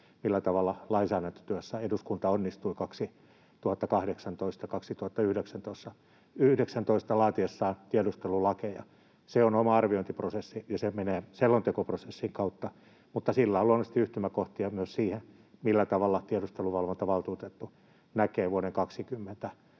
millä tavalla lainsäädäntötyössä eduskunta onnistui 2018—2019 laatiessaan tiedustelulakeja. Se on oma arviointiprosessi, ja se menee selontekoprosessin kautta, mutta sillä on luonnollisesti yhtymäkohtia myös siihen, millä tavalla tiedusteluvalvontavaltuutettu näkee vuoden 20